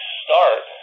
start